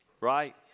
Right